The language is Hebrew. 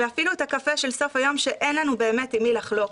ואפילו את הקפה של סוף היום שאין לנו באמת עם מי לחלוק.